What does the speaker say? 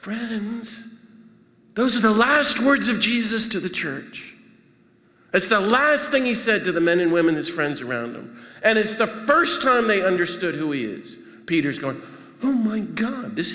franz those are the last words of jesus to the church it's the last thing he said to the men and women his friends around them and if the first time they understood who is peter's god oh my god this